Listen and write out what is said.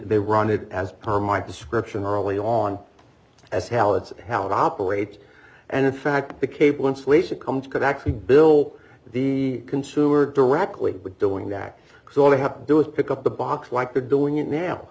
they run it as per my description early on as hell it's how it operates and in fact the cable insulation comes could actually bill the consumer directly but doing that so all they have to do is pick up the box like they're doing it now